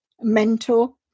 mentor